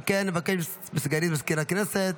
על כן, נבקש מסגנית מזכיר הכנסת